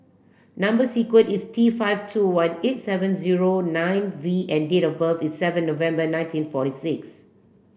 number sequence is T five two one eight seven zero nine V and date of birth is seven November nineteen forty six